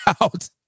out